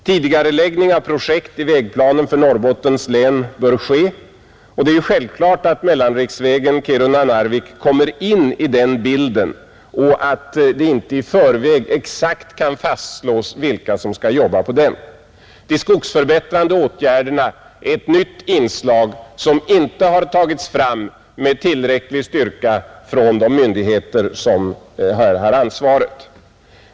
Tidigareläggning av projekt i vägplanen för Norrbottens län bör ske. Det är självklart att mellanriksvägen Kiruna—Narvik kommer in i den bilden och att det inte i förväg exakt kan fastslås vilka som skall arbeta på den, Skogsförbättrande åtgärder är ett nytt inslag, som inte tidigare har tagits fram med tillräcklig styrka av de myndigheter som har ansvaret i detta fall.